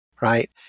right